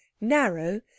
narrow